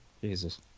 Jesus